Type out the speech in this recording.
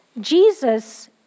Jesus